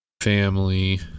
family